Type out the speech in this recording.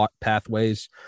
pathways